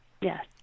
Yes